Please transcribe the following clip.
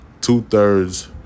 Two-thirds